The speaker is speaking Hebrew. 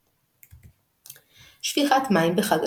על מנהג זה כתבו הפוסקים שאין לבטלו